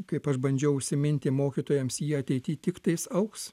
kaip aš bandžiau užsiminti mokytojams jie ateity tik tais augs